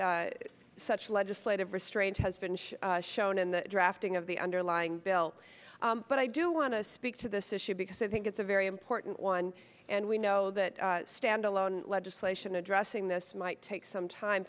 that such legislative restraint has been shown in the drafting of the underlying bill but i do want to speak to this issue because i think it's a very important one and we know that standalone legislation addressing this might take some time